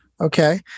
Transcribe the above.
Okay